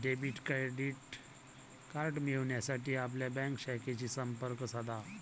debit credit card मिळविण्यासाठी आपल्या bank शाखेशी संपर्क साधा